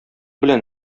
белән